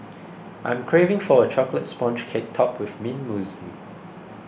I am craving for a Chocolate Sponge Cake Topped with Mint Mousse